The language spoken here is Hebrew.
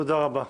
תודה רבה.